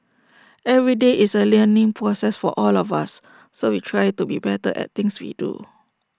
every day is A learning process for all of us so we try to be better at things we do